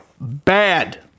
bad